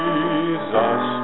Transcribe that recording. Jesus